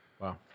Wow